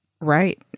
Right